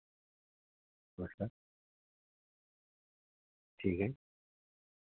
अच्छा ठीक है